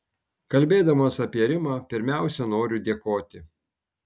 kalbėdamas apie rimą pirmiausia noriu dėkoti